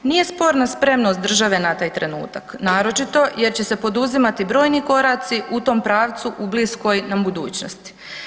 Nije sporna spremnost države na taj trenutak, naročito jer će se poduzimati brojni koraci u tom pravcu u bliskoj nam budućnosti.